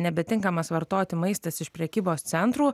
nebetinkamas vartoti maistas iš prekybos centrų